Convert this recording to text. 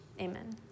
Amen